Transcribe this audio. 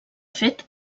fet